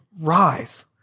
rise